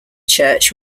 church